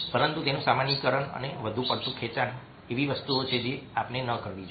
પરંતુ તેનું સામાન્યીકરણ અને વધુ પડતું ખેંચાણ એવી વસ્તુ છે જે આપણે ન કરવી જોઈએ